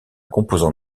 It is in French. composant